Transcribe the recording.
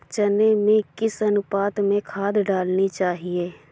चने में किस अनुपात में खाद डालनी चाहिए?